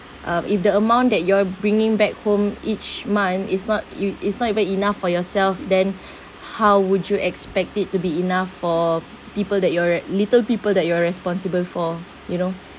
um if the amount that you are bringing back home each month is not you it's not even enough for yourself then how would you expect it to be enough for people that you're little people that you're responsible for you know